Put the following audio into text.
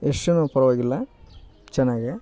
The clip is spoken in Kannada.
ಯಶ್ನು ಪರವಾಗಿಲ್ಲ ಚೆನ್ನಾಗೆ